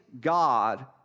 God